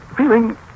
Feeling